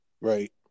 Right